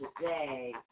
today